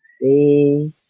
see